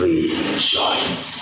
Rejoice